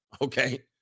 okay